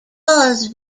laws